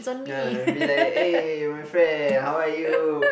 we'll be like eh my friend how are you